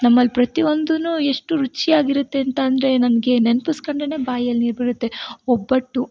ನಮ್ಮಲ್ಲಿ ಪ್ರತಿ ಒಂದು ಎಷ್ಟು ರುಚಿಯಾಗಿರುತ್ತೆ ಅಂತಂದರೆ ನನಗೆ ನೆನ್ಪಿಸ್ಕೊಂಡ್ರೆನೆ ಬಾಯಲ್ಲಿ ನೀರು ಬರುತ್ತೆ ಒಬ್ಬಟ್ಟು